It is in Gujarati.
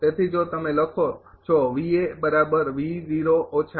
તેથી જો તમે લખો છો